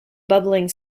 bubbling